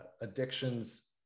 addictions